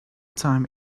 time